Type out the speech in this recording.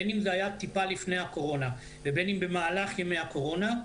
בין אם זה היה טיפה לפני הקורונה ובין אם במהלך ימי הקורונה,